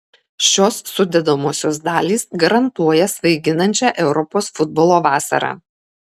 šios sudedamosios dalys garantuoja svaiginančią europos futbolo vasarą